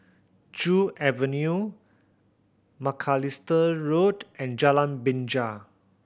Joo Avenue Macalister Road and Jalan Binja